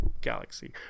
galaxy